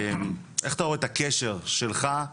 איך אתה רואה את הקשר שלך,